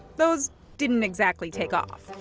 those didn't exactly take off.